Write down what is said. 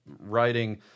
writing